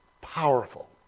powerful